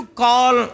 call